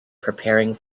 preparing